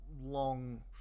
long